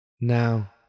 Now